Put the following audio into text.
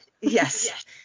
Yes